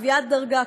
קביעת דרגה,